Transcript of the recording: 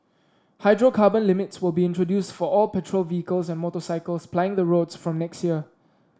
hydrocarbon limits will be introduced for all petrol vehicles and motorcycles plying the roads from next year